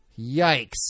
Yikes